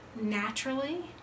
naturally